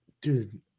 Dude